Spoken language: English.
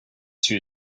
two